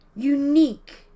unique